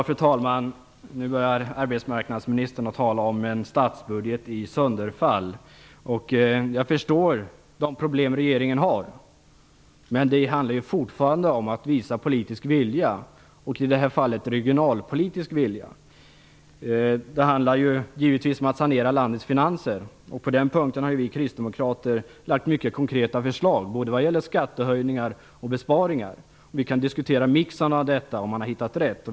Fru talman! Nu börjar arbetsmarknadsministern tala om en statsbudget i sönderfall, och jag förstår de problem regeringen har. Men det handlar fortfarande om att visa politisk vilja och i det här fallet regionalpolitisk vilja. Det handlar givetvis om att sanera landets finanser. På den punkten har vi kristdemokrater lagt fram mycket konkreta förslag både vad gäller skattehöjningar och besparingar. Vi kan diskutera hur mixen skall se ut och om man har hittat rätt.